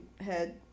head